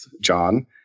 John